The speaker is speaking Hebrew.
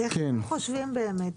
איך אתם חושבים באמת,